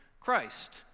Christ